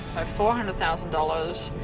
four hundred thousand dollars.